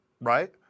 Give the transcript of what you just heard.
right